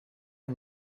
are